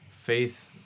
Faith